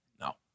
No